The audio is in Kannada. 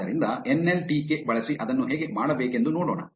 ಆದ್ದರಿಂದ ಎನ್ ಎಲ್ ಟಿ ಕೆ ಬಳಸಿ ಅದನ್ನು ಹೇಗೆ ಮಾಡಬೇಕೆಂದು ನೋಡೋಣ